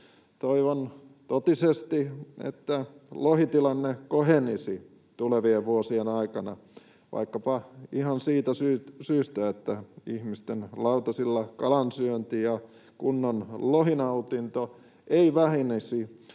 Toivon totisesti, että lohitilanne kohenisi tulevien vuosien aikana vaikkapa ihan siitä syystä, että ihmisten lautasilla kalansyönti ja kunnon lohinautinto eivät vähenisi,